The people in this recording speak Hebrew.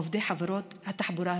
ועובדי חברות התחבורה הציבורית,